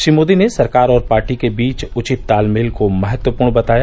श्री मोदी ने सरकार और पार्टी के बीच उचित तालमेल को महत्वपूर्ण बताया